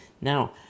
Now